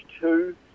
two